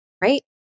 right